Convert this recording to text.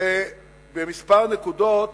כמה נקודות